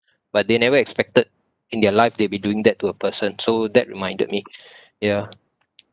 but they never expected in their life they be doing that to a person so that reminded me ya